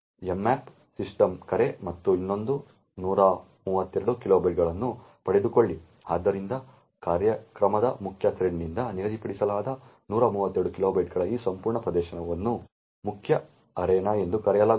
mmap system ಕರೆ ಮತ್ತು ಇನ್ನೊಂದು 132 ಕಿಲೋಬೈಟ್ಗಳನ್ನು ಪಡೆದುಕೊಳ್ಳಿ ಆದ್ದರಿಂದ ಕಾರ್ಯಕ್ರಮದ ಮುಖ್ಯ ಥ್ರೆಡ್ನಿಂದ ನಿಗದಿಪಡಿಸಲಾದ 132 ಕಿಲೋಬೈಟ್ಗಳ ಈ ಸಂಪೂರ್ಣ ಪ್ರದೇಶವನ್ನು ಮುಖ್ಯ ಅರೇನಾ ಎಂದು ಕರೆಯಲಾಗುತ್ತದೆ